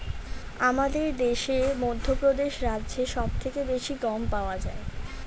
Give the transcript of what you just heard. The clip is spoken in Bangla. আমাদের দেশে মধ্যপ্রদেশ রাজ্যে সব থেকে বেশি গম চাষ হয়